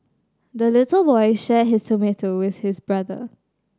the little boy shared his tomato with his brother